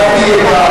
מי בעד?